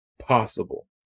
Possible